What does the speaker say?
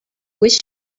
wish